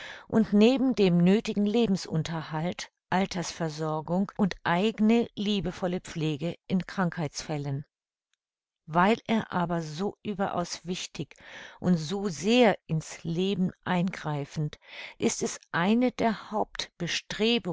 und neben dem nöthigen lebensunterhalt altersversorgung und eigne liebevolle pflege in krankheitsfällen weil er aber so überaus wichtig und so sehr in's leben eingreifend ist es eine der